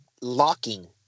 locking